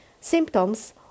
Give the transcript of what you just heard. symptoms